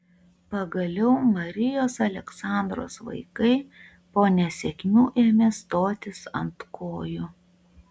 pagaliau marijos aleksandros vaikai po nesėkmių ėmė stotis ant kojų